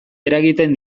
eragiten